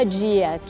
dia